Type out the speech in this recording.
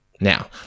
Now